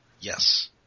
Yes